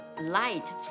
light